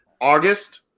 August